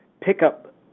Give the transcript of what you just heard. pickup